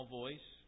voice